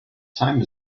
time